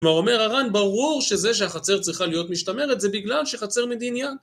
כלומר אומר הר"ן ברור שזה שהחצר צריכה להיות משתמרת זה בגלל שחצר מדין יד.